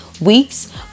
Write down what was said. weeks